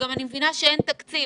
אני גם מבינה שאין תקציב,